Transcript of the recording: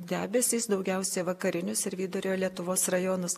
debesys daugiausia į vakarinius ir vidurio lietuvos rajonus